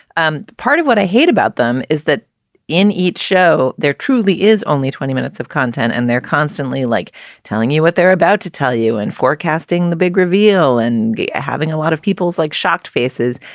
um part of what i hate about them is that in each show there truly is only twenty minutes of content and they're constantly like telling you what they're about to tell you in forecasting the big reveal and having a lot of people's like shocked faces.